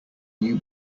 new